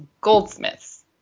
goldsmiths